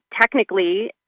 technically